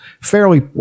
fairly